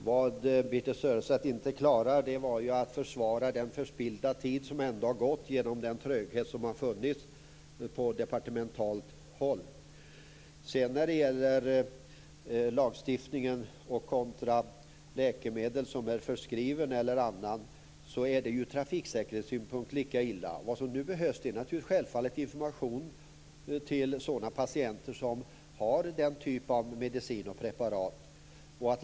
Fru talman! Birthe Sörestedt klarade inte att försvara den förspillda tid som har gått genom den tröghet som har funnits på departementet. När det gäller lagstiftningen kontra förskrivna läkemedel är det lika illa ur trafikssäkerhetssynpunkt. Nu behövs det självfallet information till sådana patienter som använder den typen av medicin och preparat.